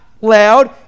loud